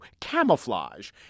camouflage